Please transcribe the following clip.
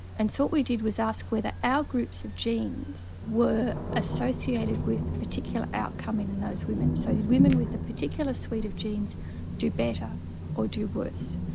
and so what we did was ask whether ah our groups of genes were associated with a particular outcome in in those women? so did women with a particular suite of genes do better or do worse?